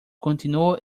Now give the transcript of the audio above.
continuó